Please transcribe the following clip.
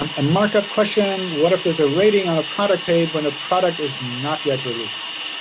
um a markup question. what if there's a rating on a product page when the product is not yet released?